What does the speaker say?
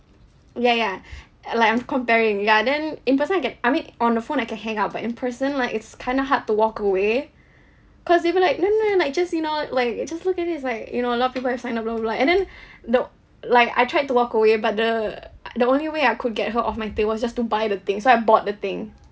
ya ya uh like I'm comparing ya then in person I get I mean on the phone I can hang up but in person like it's kind of hard to walk away cause even I no no no like just you know like just look at is like you know a lot people have signed up blah blah blah and then though like I tried to walk away but the uh the only way I could get her off my tail was just to buy the thing so I bought the thing